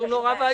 נורא ואיום.